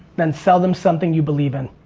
then sell them something you believe in.